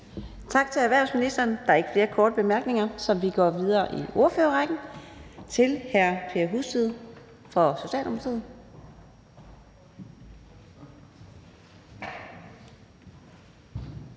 Tak til erhvervsministeren. Der er ikke flere korte bemærkninger, så vi går videre i ordførerrækken til hr. Per Husted fra Socialdemokratiet.